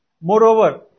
Moreover